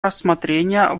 рассмотрения